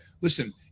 Listen